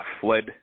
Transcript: fled